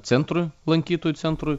centrui lankytojų centrui